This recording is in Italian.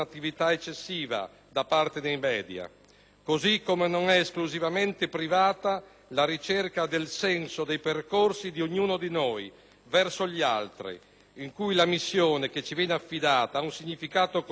così come non è esclusivamente privata la ricerca del senso nei percorsi di ognuno di noi verso gli altri, in cui la missione che ci viene affidata ha un significato collettivo e non soltanto individuale.